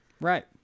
Right